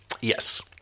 Yes